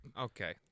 okay